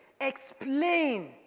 explain